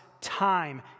time